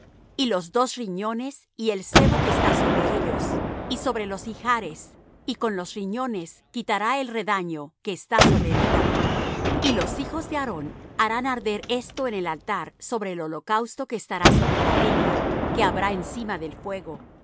y los dos riñones y el sebo que está sobre ellos y sobre los ijares y con los riñones quitará el redaño que está sobre el hígado y los hijos de aarón harán arder esto en el altar sobre el holocausto que estará sobre la leña que habrá encima del fuego